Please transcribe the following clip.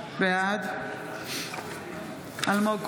בעד אלמוג כהן,